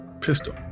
pistol